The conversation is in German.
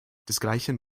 desgleichen